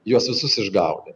juos visus išgaudėm